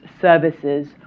services